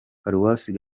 paruwasi